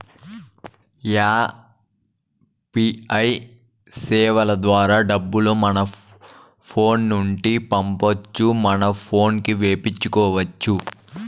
UPI సేవల ద్వారా డబ్బులు మన ఫోను నుండి పంపొచ్చు మన పోనుకి వేపించుకొచ్చు